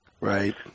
Right